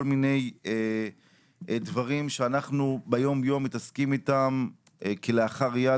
כל מיני דברים שאנחנו ביום-יום מתעסקים בהם כלאחר יד,